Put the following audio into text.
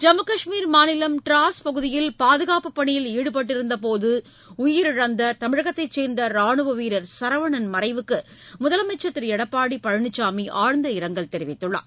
ஜம்மு கஷ்மீர் மாநிலம் டிராஸ் பகுதியில் பாதுகாப்பு பணியில் ஈடுபட்டிருந்த போது உயிரிழந்த தமிழகத்தை சேர்ந்த ராணுவ வீரர் சரவணன் மறைவுக்கு முதலமைச்சர் திரு எடப்பாடி பழனிச்சாமி ஆழ்ந்த இரங்கல் தெரிவித்துள்ளார்